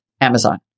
Amazon